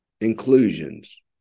inclusions